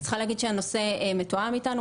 אני צריכה להגיד שהנושא מתואם איתנו,